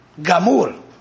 Gamur